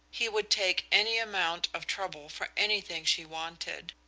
he would take any amount of trouble for anything she wanted.